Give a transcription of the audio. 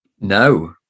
No